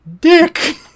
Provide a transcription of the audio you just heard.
dick